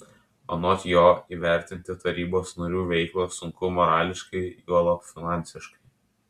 anot jo įvertinti tarybos narių veiklą sunku morališkai juolab finansiškai